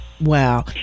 Wow